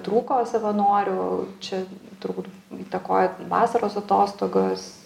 trūko savanorių čia turbūt įtakoja vasaros atostogos